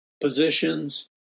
positions